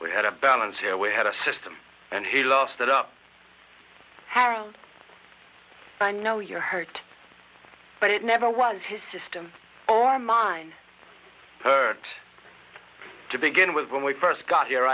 we had a balance here we had a system and he lost it up harold i know you're hurt but it never was his system or mine hurt to begin with when we first got here